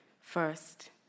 first